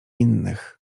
innych